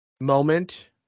moment